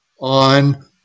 on